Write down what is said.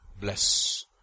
Bless